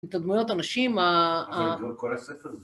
את הדמויות הנשים, ה... כל הספר....